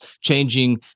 changing